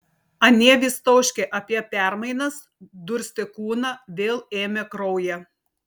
anie vis tauškė apie permainas durstė kūną vėl ėmė kraują